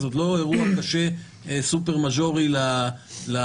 זה עוד לא אירוע קשה סופר מז'ורי לאדם,